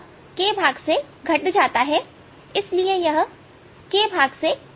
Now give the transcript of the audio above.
यह k भाग से घट जाता है और इसलिए यह k के भाग से कम है